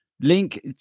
link